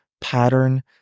pattern